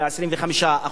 של ה-25%.